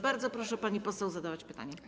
Bardzo proszę, pani poseł, zadać pytanie.